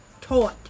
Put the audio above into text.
taught